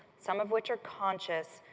some of which are conscious,